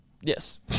Yes